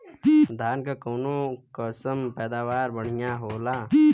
धान क कऊन कसमक पैदावार बढ़िया होले?